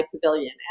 Pavilion